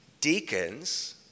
Deacons